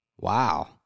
wow